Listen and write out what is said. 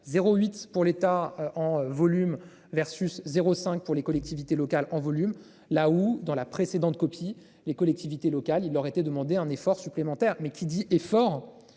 08 pour l'État en volume versus 0 5 pour les collectivités locales en volume là où dans la précédente copie les collectivités locales, il aurait été demander un effort supplémentaire mais qui dit et fort